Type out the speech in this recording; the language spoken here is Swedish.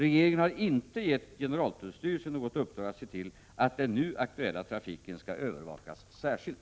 Regeringen har inte gett generaltullstyrelsen något uppdrag att se till att den nu aktuella trafiken skall övervakas särskilt.